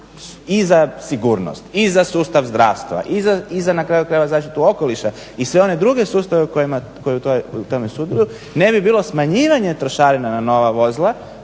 i za sigurnost i za sustav zdravstva i za, na kraju krajeva, zaštitu okoliša i sve one druge sustave koji u tome sudjeluju, ne bi bilo smanjivanja trošarina na nova vozila